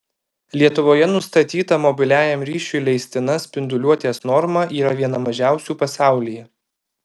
lietuvoje nustatyta mobiliajam ryšiui leistina spinduliuotės norma yra viena mažiausių pasaulyje